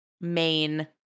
main